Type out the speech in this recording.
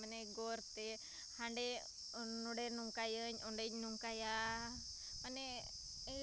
ᱢᱟᱱᱮ ᱜᱚᱨᱛᱮ ᱦᱟᱸᱰᱮ ᱱᱚᱰᱮ ᱱᱚᱝᱠᱟᱭᱟᱹᱧ ᱚᱸᱰᱮᱧ ᱱᱚᱝᱠᱟᱭᱟ ᱢᱟᱱᱮ